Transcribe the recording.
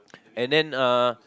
and then uh